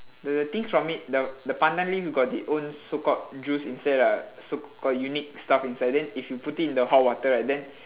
the the things from it the the pandan leaf got the own so called juice inside lah so call~ unique stuff inside then if you put it into hot water right then